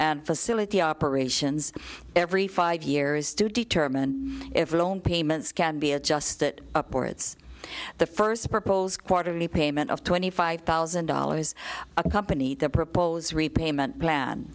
schedule facility operations every five years to determine if a loan payments can be adjusted upwards the first proposed quarterly payment of twenty five thousand dollars accompanied the proposed repayment plan